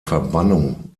verbannung